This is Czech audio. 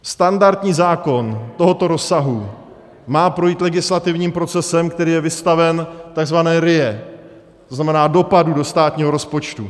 Standardní zákon tohoto rozsahu má projít legislativním procesem, který je vystaven takzvané RIA, to znamená dopadů do státního rozpočtu.